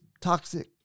toxic